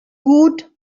gut